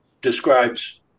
describes